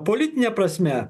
politine prasme